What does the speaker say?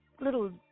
little